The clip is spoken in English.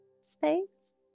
space